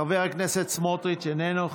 חבר הכנסת סמוטריץ' איננו,